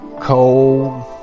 cold